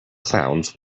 clowns